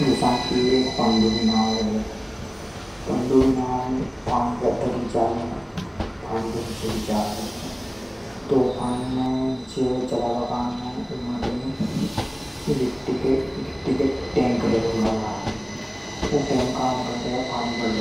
जसा एक पनडुब्बी नाव रेवे । पनडुब्बी पानी के भीतर चाले। पानी में चलाबा काने उमे टैंक भर